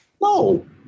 No